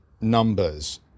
numbers